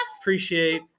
Appreciate